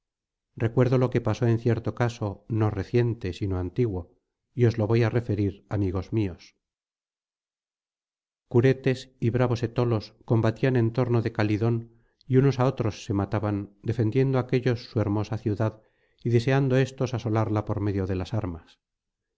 recuerdo lo que pasó en cierto caso no reciente sino antiguo y os lo voy á referir amigos míos curetes y bravos etolos combatían en torno de calidón y unos á otros se mataban defendiendo aquéllos su hermosa ciudad y deseando éstos asolarla por medio de las armas